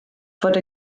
fod